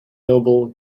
noble